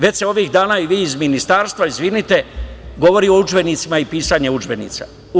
Već se ovih dana i vi iz ministarstva izvinite, govori o udžbenicima i pisanje udžbenika.